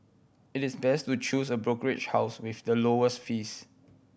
it is best to choose a brokerage house with the lowest fees